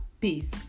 peace